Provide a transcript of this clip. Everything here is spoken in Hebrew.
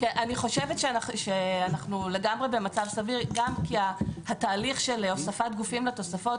אני חושבת שאנחנו לגמרי במצב סביר כי גם התהליך של הוספת גופים לתוספות,